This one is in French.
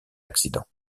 accident